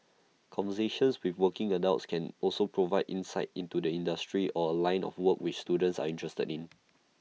conversations with working adults can also provide insight into the industry or line of work which students are interested in